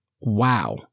Wow